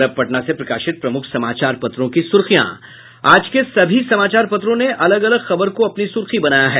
और अब पटना से प्रकाशित प्रमुख समाचार पत्रों की सुर्खियां आज के सभी समाचार पत्रों ने अलग अलग खबर को अपनी सुर्खी बनाया है